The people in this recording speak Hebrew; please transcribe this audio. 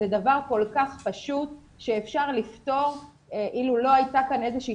זה דבר כל כך פשוט שאפשר לפתור אילו לא הייתה כאן איזה שהיא